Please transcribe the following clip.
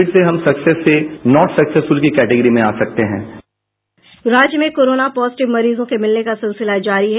फिर से हम सक्सीस से नॉट सक्सीस की कैटिगिरी में आ सकते हैं राज्य में कोरोना पॉजिटिव मरीजों के मिलने का सिलसिला जारी है